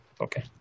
Okay